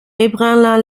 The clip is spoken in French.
ébranla